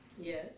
Yes